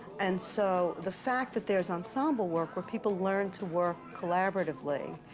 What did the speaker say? and so the fact that there is ensemble work, where people learn to work collaboratively,